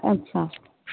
अच्छा